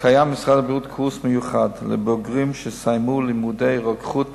קיים משרד הבריאות קורס מיוחד לבוגרים שסיימו לימודי רוקחות